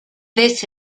this